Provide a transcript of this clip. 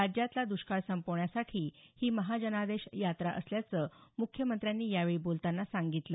राज्यातला दष्काळ संपवण्यासाठी ही महाजनादेश यात्रा असल्याचं मुख्यमंत्र्यांनी यावेळी बोलतांना सांगितलं